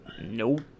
Nope